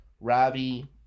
Ravi